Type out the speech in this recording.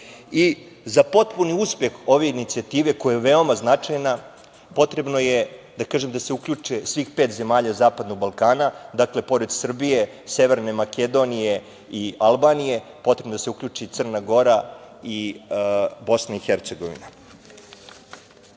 Za potpuni uspeh ove inicijative koja je veoma značajna je potrebno da se uključi svih pet zemalja zapadnog Balkana. Dakle, pored Srbije, Severne Makedonije i Albanije, potrebno je da se uključi i Crna Gora i BiH.Kao